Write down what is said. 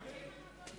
אדוני היושב-ראש,